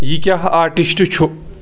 یہِ کیٛاہ آرٹِسٹہٕ چھُ